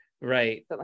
right